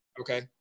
okay